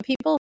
people